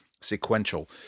sequential